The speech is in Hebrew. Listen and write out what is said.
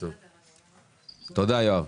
תודה יואב.